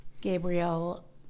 Gabriel